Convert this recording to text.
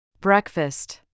Breakfast